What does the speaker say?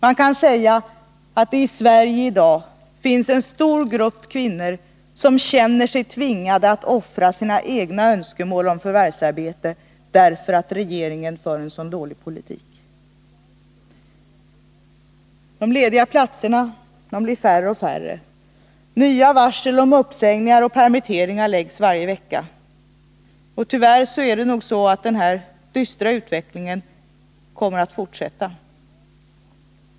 Man kan säga att det i Sverige i dag finns en stor grupp kvinnor som känner sig tvingade att offra sina egna önskemål om ett förvärvsarbete därför att regeringen för en så dålig politik. De lediga platserna blir allt färre. Nya varsel om uppsägningar och permitteringar läggs varje vecka. Och den här dystra utvecklingen kommer nog tyvärr att fortsätta.